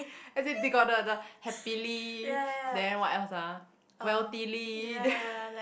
as in they got the the happily then what else ah wealthily then